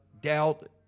Doubt